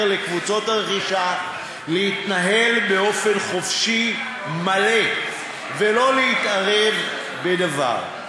לקבוצות הרכישה להתנהל בחופש מלא ולא להתערב בדבר.